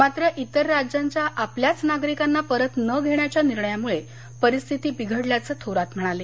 मात्र इतर राज्यांच्या आपल्याच नागरिकांना परत न घेण्याच्या निर्णयामुळे परिस्थिती बिघडल्याचं थोरात म्हणाले